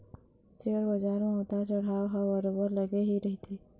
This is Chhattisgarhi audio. सेयर बजार म उतार चढ़ाव ह बरोबर लगे ही रहिथे